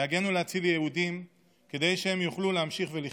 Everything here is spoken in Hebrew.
להגן ולהציל יהודים כדי שהם יוכלו להמשיך ולחיות,